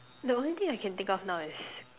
the only thing I can think of now is